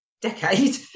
decade